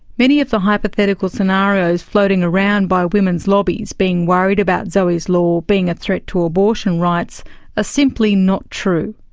many of the hypothetical scenarios floating around by women's lobbies being worried about zoe's law being a threat to abortion rights are ah simply not true.